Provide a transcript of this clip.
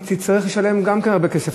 היא תצטרך לשלם גם כן הרבה כסף.